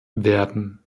werden